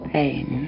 Pain